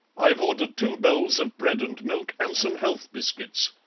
i've ordered two bowls of bread-and-milk and some health biscuits.